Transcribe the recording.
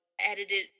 edited